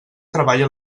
treballa